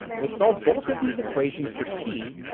we'll solve both of these equations for t.